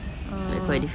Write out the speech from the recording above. uh